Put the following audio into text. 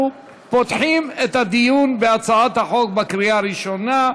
אנחנו פותחים את הדיון בהצעת החוק המובאת לקריאה הראשונה.